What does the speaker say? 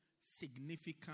significant